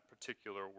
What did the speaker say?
particular